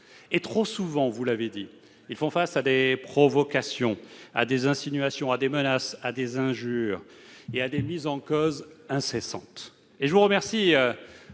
Trop souvent, en effet, ils doivent faire face à des provocations, à des insinuations, à des menaces, à des injures et à des mises en cause incessantes.